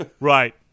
right